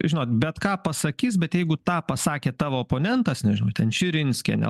žinot bet ką pasakys bet jeigu tą pasakė tavo oponentas nežinau ten širinskienė